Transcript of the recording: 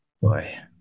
Boy